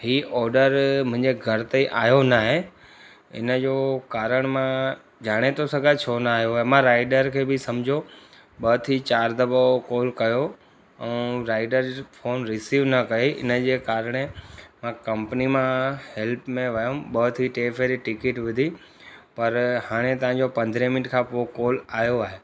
हीउ ऑडर मुंहिंजे घर ताईं आयो न आहे इन जो कारण मां ॼाणे थो सघां छो न आयो आहे मां राइडर खे बि सम्झो ॿ थी चारि दफा कॉल कयो अ राइडर फोन रिसीव न कयईं इन जे कारण कंपनी मां हेल्प में वयुमि ॿ थी टे भेरी टिकेट विधी पर हाणे तव्हांजो पंद्रहें मिंट खां पोइ कॉल आयो आहे